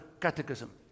Catechism